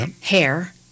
hair